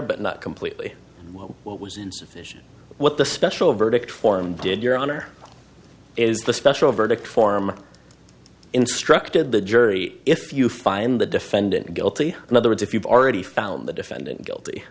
but not completely what was insufficient what the special verdict form did your honor is the special verdict form instructed the jury if you find the defendant guilty in other words if you've already found the defendant guilty